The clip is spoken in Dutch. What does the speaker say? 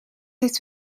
heeft